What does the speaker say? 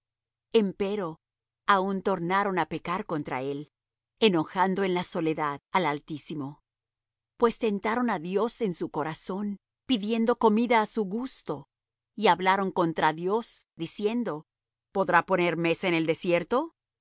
como ríos empero aun tornaron á pecar contra él enojando en la soledad al altísimo pues tentaron á dios en su corazón pidiendo comida á su gusto y hablaron contra dios diciendo podrá poner mesa en el desierto